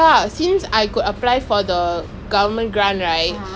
ya I bought the album though I pre-ordered it